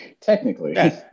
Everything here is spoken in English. Technically